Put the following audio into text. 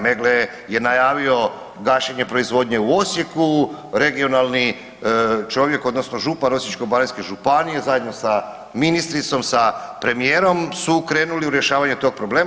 Meggle“ je najavio gašenje proizvodnje u Osijeku, regionalni čovjek odnosno župan Osječko-baranjske županije zajedno sa ministricom, sa premijerom, su krenuli u rješavanje tog problema.